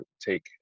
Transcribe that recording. take